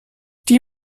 die